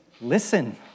listen